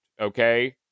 Okay